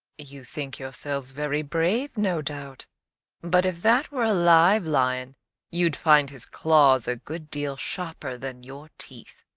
you think yourselves very brave, no doubt but if that were a live lion you'd find his claws a good deal sharper than your teeth.